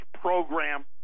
program